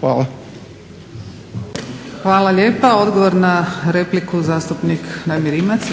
Hvala. **Kosor, Jadranka (HDZ)** Hvala lijepa. Odgovor na repliku, zastupnik Damir Rimac.